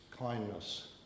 kindness